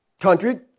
country